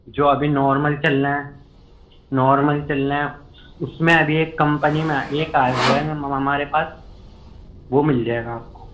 جو ابھی نارمل چل رہا ہے نارمل چل رہا ہے اس میں ابھی ایک کمپنی میں ایک آیا ہوا ہے ہمارے پاس وہ مل جائے گا آپ کو